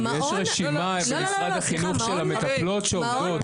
ויש רשימה במשרד החינוך של המטפלות שעובדות,